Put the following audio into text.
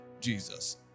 Jesus